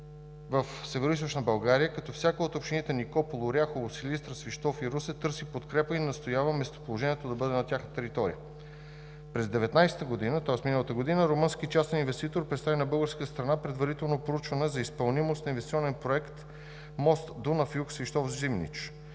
в Североизточна България, като всяка от общините Никопол, Оряхово, Силистра, Свищов и Русе търси подкрепа и настоява местоположението да бъде на тяхна територия. През 2019 г., тоест миналата година, румънски частен инвеститор представи на българската страна предварително проучване за изпълнимост на инвестиционен проект „Мост Дунав юг (Свищов – Зимнич)“.